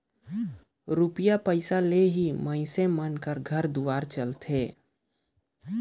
रूपिया पइसा ले ही मइनसे मन कर घर दुवार चलथे